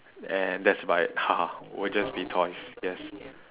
and that's my will just be toys yes